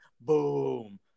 Boom